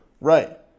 Right